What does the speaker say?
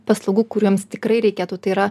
paslaugų kurioms tikrai reikėtų tai yra